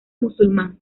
musulmán